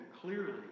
clearly